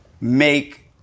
make